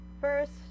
first